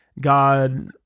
God